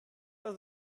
das